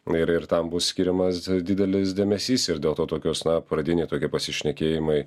ir ir tam bus skiriamas didelis dėmesys ir dėl to tokios na pradiniai tokie pasišnekėjimai